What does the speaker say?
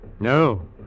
No